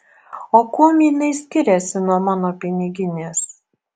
o kuom jinai skiriasi nuo mano piniginės